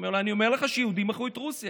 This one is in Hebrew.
אומר לו: אני אומר לך שיהודים מכרו את רוסיה.